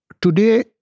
today